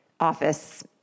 office